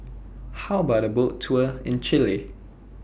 How about A Boat Tour in Chile